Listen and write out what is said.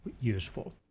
useful